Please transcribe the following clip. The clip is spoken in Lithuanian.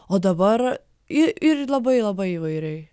o dabar i ir labai labai įvairiai